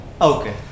Okay